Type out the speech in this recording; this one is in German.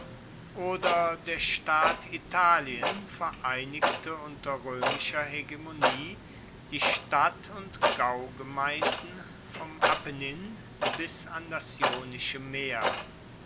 oder der staat italien vereinigte unter roemischer hegemonie die stadt und gaugemeinden vom apennin bis an das ionische meer